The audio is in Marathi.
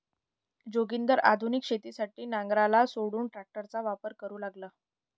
जोगिंदर आधुनिक शेतीसाठी नांगराला सोडून ट्रॅक्टरचा वापर करू लागला